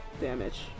damage